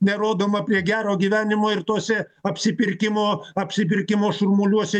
nerodoma prie gero gyvenimo ir tose apsipirkimo apsipirkimo šurmuliuose